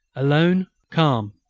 alone, calm,